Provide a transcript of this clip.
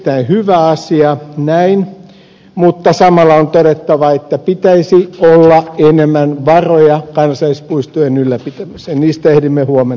erittäin hyvä asia näin mutta samalla on todettava että pitäisi olla enemmän varoja kansallispuistojen ylläpitämiseen